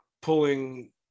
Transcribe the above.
pulling